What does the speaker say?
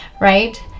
right